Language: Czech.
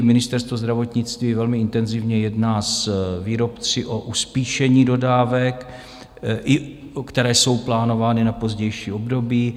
Ministerstvo zdravotnictví velmi intenzivně jedná s výrobci o uspíšení dodávek, i které jsou plánovány na pozdější období.